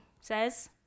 says